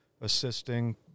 assisting